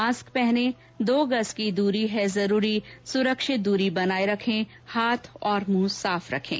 mask पहनें दो गज की दूरी है जरूरी सुरक्षित दूरी बनाए रखे हाथ और मुंह साफ रखें